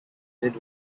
mid